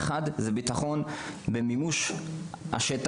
שהם: 1. ביטחון במימוש השטח,